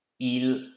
Il